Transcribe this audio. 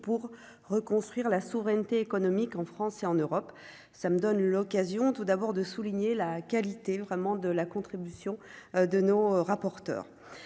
pour reconstruire la souveraineté économique en France et en Europe, ça me donne l'occasion tout d'abord de souligner la qualité vraiment de la contribution de nos rapporteurs